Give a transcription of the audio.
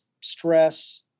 stress